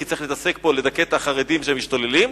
כי צריך להתעסק פה בלדכא את החרדים שמשתוללים,